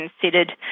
considered